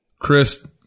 Chris